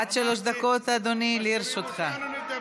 עד שלוש דקות, אדוני, לרשותך.